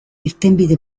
irtenbide